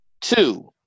Two